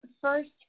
First